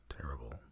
terrible